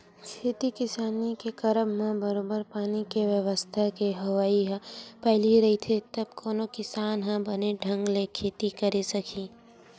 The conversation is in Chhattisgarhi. खेती किसानी के करब म बरोबर पानी के बेवस्था के होवई ह पहिली रहिथे तब कोनो किसान ह बने ढंग ले खेती करे सकही